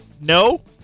no